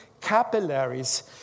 capillaries